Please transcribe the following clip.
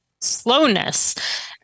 slowness